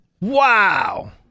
Wow